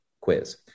quiz